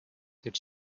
its